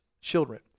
children